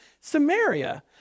Samaria